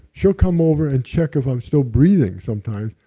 she'll come over and check if i'm still breathing sometimes.